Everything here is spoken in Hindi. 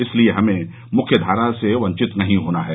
इसलिये हमें मुख्य धारा से वंचित नहीं होना है